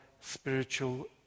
spiritual